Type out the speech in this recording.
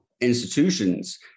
institutions